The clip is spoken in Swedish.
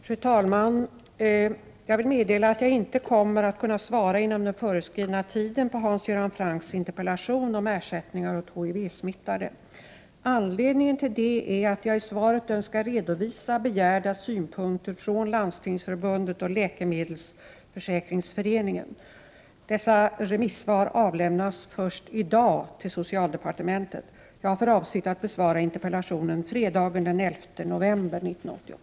Fru talman! Jag vill meddela att jag inte kommer att kunna svara inom den föreskrivna tiden på Hans Göran Francks interpellation om ersättning åt HIV-smittade. Anledningen till det är att jag i svaret önskar redovisa begärda synpunkter från Landstingsförbundet och Läkemedelsförsäkringsföreningen. Dessa remissvar avlämnas först i dag till socialdepartementet. Jag har för avsikt att besvara interpellationen fredagen den 11 november 1988.